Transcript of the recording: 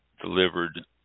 delivered